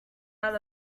out